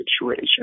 situation